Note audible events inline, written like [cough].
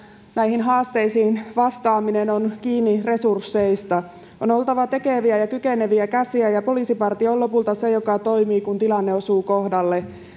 näihin haasteisiin vastaaminen on kiinni resursseista on oltava tekeviä ja kykeneviä käsiä ja poliisipartio on lopulta se joka toimii kun tilanne osuu kohdalle [unintelligible]